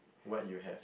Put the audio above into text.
what you have